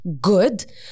good